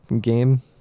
game